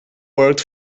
worked